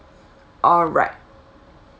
alright